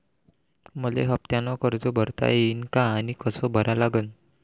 मले हफ्त्यानं कर्ज भरता येईन का आनी कस भरा लागन?